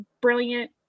brilliant